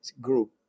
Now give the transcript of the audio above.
group